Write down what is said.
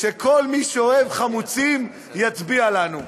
שכל מי שאוהב חמוצים יצביע לנו,